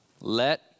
Let